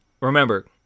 remember